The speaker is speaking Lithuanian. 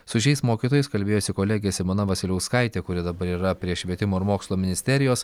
su šiais mokytojais kalbėjosi kolegė simona vasiliauskaitė kuri dabar yra prie švietimo ir mokslo ministerijos